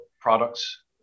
products